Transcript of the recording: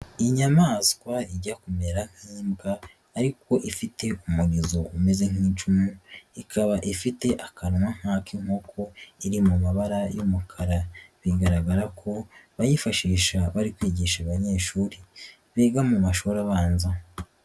Inyamaswa ijya kumera nk'imbwa ariko ifite umurizo umeze nk'icumu, ikaba ifite akanwa nk'ak'inkoko iri mu mabara y'umukara, bigaragara ko bayifashisha bari kwigisha abanyeshuri biga mu mashuri abanza.